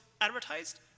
advertised